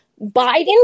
Biden